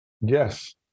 Yes